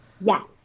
Yes